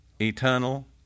eternal